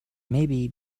maybe